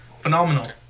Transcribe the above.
phenomenal